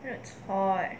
you know it's hot